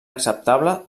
acceptable